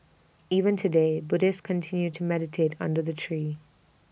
even today Buddhists continue to meditate under the tree